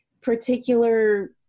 particular